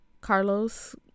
carlos